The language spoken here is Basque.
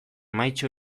mahaitxo